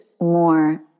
more